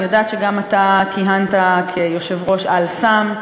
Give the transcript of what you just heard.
אני יודעת שגם אתה כיהנת כיושב-ראש "אל-סם",